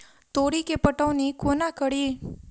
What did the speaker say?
तोरी केँ पटौनी कोना कड़ी?